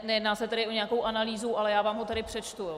Nejedná se o nějakou analýzu, ale já vám ho tady přečtu.